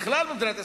בכלל במדינת ישראל,